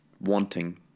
wanting